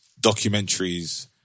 documentaries